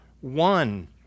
one